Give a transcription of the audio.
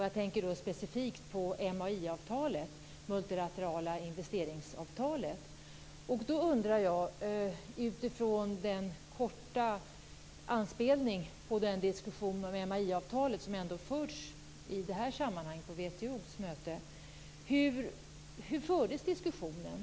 Jag tänker specifikt på det multilaterala investeringsavtalet, MAI. Jag undrar utifrån den korta anspelning på den diskussion om MAI som förts i det här sammanhanget på WTO:s möte: Hur fördes den diskussionen?